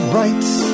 rights